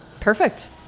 Perfect